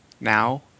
now